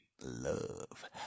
love